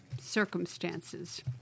circumstances